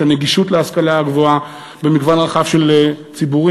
הנגישות של ההשכלה הגבוהה למגוון רחב של ציבורים,